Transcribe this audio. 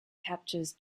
captures